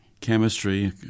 chemistry